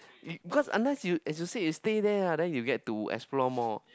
because unless you as you say is stay there lah then you get to explore more